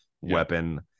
weapon